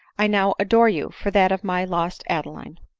i now adore you for that of my lost adeline.